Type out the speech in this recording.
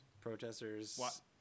Protesters